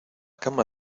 cama